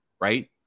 right